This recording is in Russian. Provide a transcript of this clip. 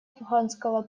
афганского